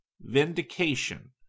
vindication